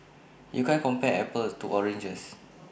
you can't compare apples to oranges